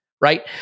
right